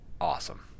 awesome